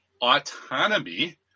Autonomy